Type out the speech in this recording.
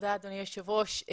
תודה אדוני היושב ראש.